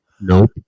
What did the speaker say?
Nope